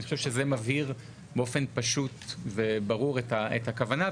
אני חושב שזה מבהיר באופן פשוט וברור את הכוונה,